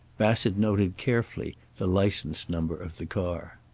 bassett noted, carefully, the license number of the car.